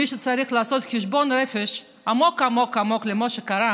מי שצריך לעשות חשבון נפש עמוק עמוק עמוק על מה שקרה